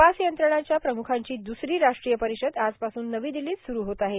तपास यंत्रणाच्या प्रम्खांची द्सरी राष्ट्रीय परिषद आजपासून नवी दिल्लीत स्रु होत आहे